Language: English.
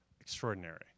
extraordinary